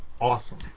awesome